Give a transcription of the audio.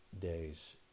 day's